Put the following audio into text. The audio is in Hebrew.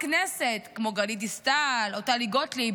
הכנסת כמו גלית דיסטל או טלי גוטליב: